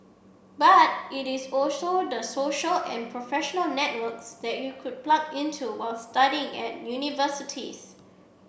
but it is also the social and professional networks that you could plug into while studying at universities